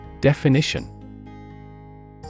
Definition